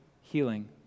healing